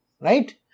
right